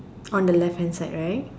on the left hand side right